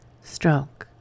stroke